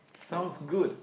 sounds good